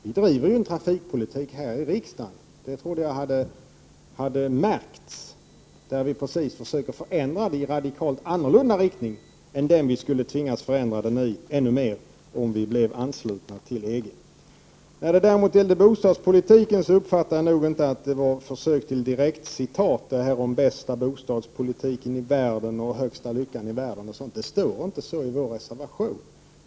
Vi driver en trafikpolitik här i riksdagen — det trodde jag hade märkts — där vi försöker förändra förhållandena i en radikalt annorlunda riktning än den Sverige skulle tvingas till om vårt land anslöts till EG. När det däremot gäller bostadspolitiken uppfattade jag att det inte var något försök till direktcitat — det här om den bästa bostadspolitiken i världen, högsta lycka på jorden och sådant. Det står inte så i vår reservation.